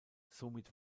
somit